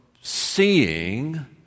seeing